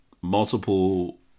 multiple